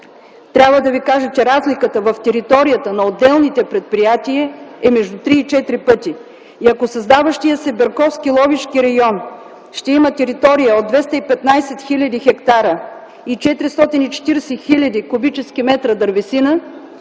трябва да ви кажа, че разликата в територията на отделните предприятия е между три и четири пъти. Ако създаващият се Берковско-Ловешки район ще има територия от 215 хил. хектара и 440 хил. куб. метра дървесина,